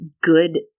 good